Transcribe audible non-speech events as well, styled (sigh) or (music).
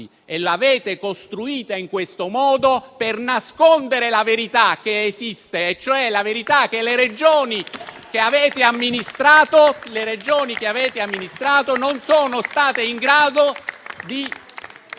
e l'avete costruita in questo modo per nascondere la verità (applause) e cioè che le Regioni che avete amministrato non sono state in grado di